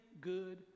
good